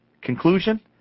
Conclusion